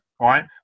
right